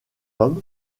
sont